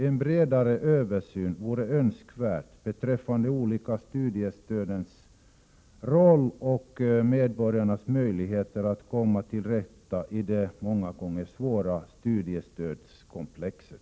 En bredare översyn vore önskvärd beträffande de olika studiestödens roll och medborgarnas möjligheter att komma till rätta med det många gånger svåra studiestödskomplexet.